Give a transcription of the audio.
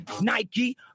Nike